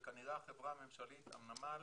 וכנראה הנמל